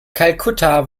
kalkutta